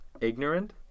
Ignorant